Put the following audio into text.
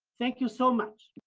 thank you so much!